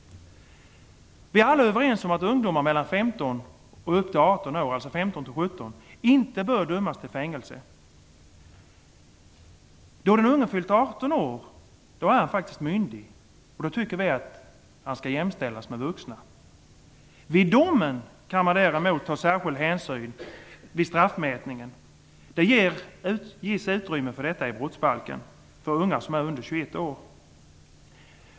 Vi är alla överens om att ungdomar från 15 och upp till 18 år inte bör dömas till fängelse. Då den unge fyllt 18 år är han faktiskt myndig. Då tycker vi att han skall jämställas med vuxna. Vid domen kan man däremot ta särskild hänsyn vid straffmätningen. Det ges utrymme för detta i brottsbalken när det gäller unga under 21 år.